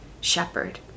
shepherd